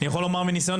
אני יכול לומר מניסיון,